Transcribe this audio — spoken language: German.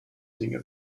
dinge